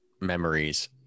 memories